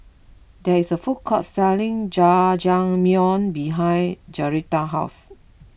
there is a food court selling Jajangmyeon behind Joretta's house